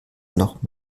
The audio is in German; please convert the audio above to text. noch